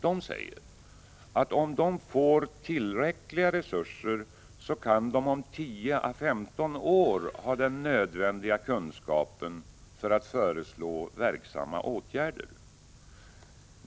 De säger att om de får tillräckliga resurser så kan de om 10 å 15 år ha den nödvändiga kunskapen för att föreslå verksamma åtgärder.